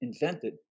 invented